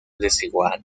desigual